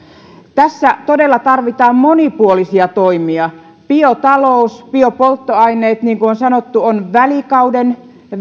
tässä todella tarvitaan monipuolisia toimia biotalous biopolttoaineet niin kuin on sanottu on